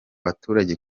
baturage